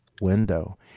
window